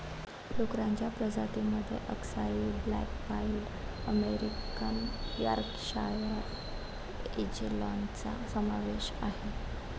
डुक्करांच्या प्रजातीं मध्ये अक्साई ब्लॅक पाईड अमेरिकन यॉर्कशायर अँजेलॉनचा समावेश आहे